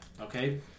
okay